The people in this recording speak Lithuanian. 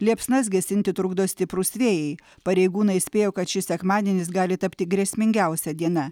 liepsnas gesinti trukdo stiprūs vėjai pareigūnai įspėjo kad šis sekmadienis gali tapti grėsmingiausia diena